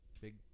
big